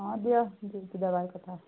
ହଁ ଦିଅ ଯେମିତି ଦେବାର କଥା